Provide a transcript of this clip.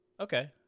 Okay